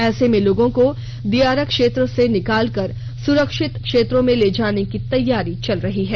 ऐसे में लोगों को दियारा क्षेत्र से निकालकर सुरक्षित क्षेत्रों में ले जाने की तैयारी चल रही है